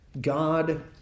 God